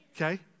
Okay